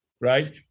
Right